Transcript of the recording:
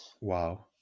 Wow